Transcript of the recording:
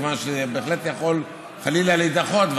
כי זה בהחלט יכול חלילה להידחות,